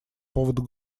поводу